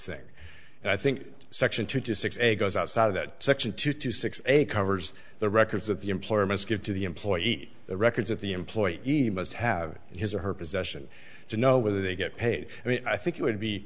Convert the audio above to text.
thing and i think section two to six a goes outside of that section two to six a covers the records that the employer must give to the employee the records of the employee must have his or her possession to know whether they get paid i mean i think it